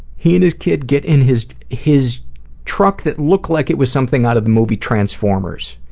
he and his kid get in his his truck that looked like it was something out of the movie transformers.